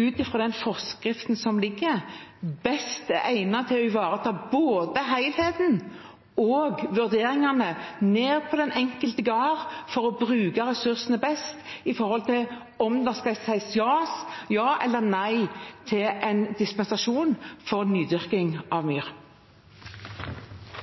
ut fra den forskriften som foreligger, er best egnet til å ivareta både helheten og vurderingene, ned til den enkelte gard, for å bruke ressursene best når det gjelder om det skal sies ja eller nei til en dispensasjon for nydyrking av myr.